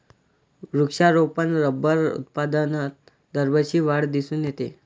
वृक्षारोपण रबर उत्पादनात दरवर्षी वाढ दिसून येते